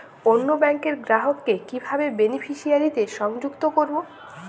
অন্য ব্যাংক র গ্রাহক কে কিভাবে বেনিফিসিয়ারি তে সংযুক্ত করবো?